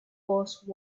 force